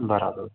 बराबरि